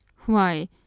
Why